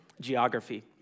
Geography